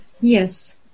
Yes